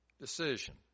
decision